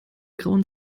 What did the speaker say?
grauen